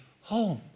home